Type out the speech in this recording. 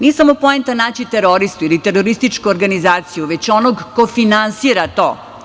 Nije samo poenta naći teroristu ili terorističku organizaciju, već onog ko finansira to.